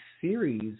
series